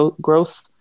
growth